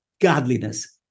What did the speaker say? godliness